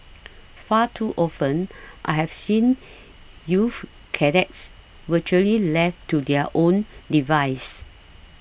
far too often I have seen youth cadets virtually left to their own devices